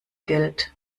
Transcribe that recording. gilt